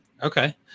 Okay